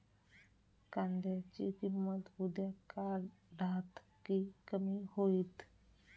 कांद्याची किंमत उद्या वाढात की कमी होईत?